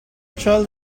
child